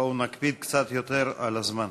בואו נקפיד קצת יותר על הזמן.